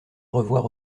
revoir